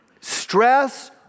Stress